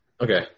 Okay